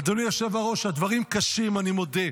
אדוני היושב-ראש, הדברים קשים, אני מודה.